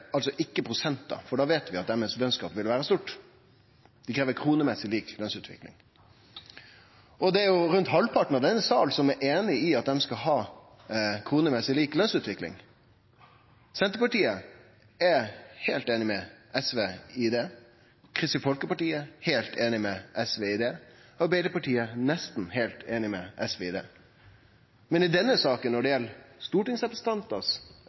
altså ikkje prosentar, for da veit vi at lønsgapet ville vere stort. Dei krev lik lønsutvikling målt i kroner. Rundt halvparten i denne salen er einig i at dei skal ha lik lønsutvikling målt i kroner. Senterpartiet er heilt einig med SV i det. Kristeleg Folkeparti er heilt einig med SV i det. Arbeidarpartiet er nesten heilt einig med SV i det. Men i denne saka, som gjeld lønsutviklinga for stortingsrepresentantane, er det